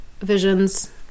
visions